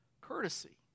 courtesy